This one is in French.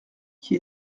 qui